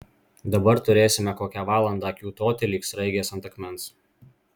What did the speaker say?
dabar turėsime kokią valandą kiūtoti lyg sraigės ant akmens